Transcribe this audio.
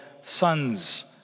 sons